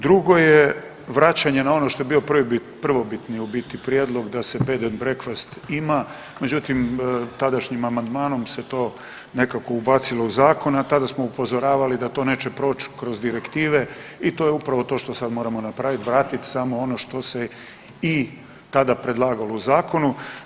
Drugo je vraćanje na ono što je bio prvobitni prijedlog da se bread and breakfast ima, međutim tadašnjim amandmanom se to nekako ubacilo u zakon, a tada smo upozoravali da to neće proć kroz direktive i to je upravo to što sad moramo napravit, vratit ono što se i tada predlagalo u zakonu.